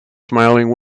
smiling